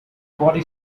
body